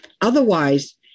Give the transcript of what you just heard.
Otherwise